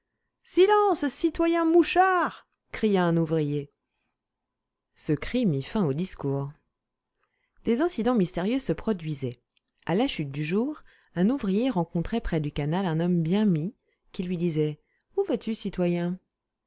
silence citoyen mouchard cria un ouvrier ce cri mit fin au discours des incidents mystérieux se produisaient à la chute du jour un ouvrier rencontrait près du canal un homme bien mis qui lui disait où vas-tu citoyen